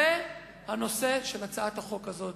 זה הנושא של הצעת החוק הזאת,